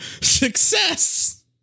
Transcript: success